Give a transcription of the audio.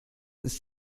ist